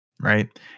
right